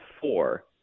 four